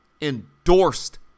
endorsed